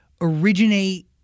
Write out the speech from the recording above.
originate